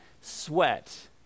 sweat